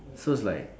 so is like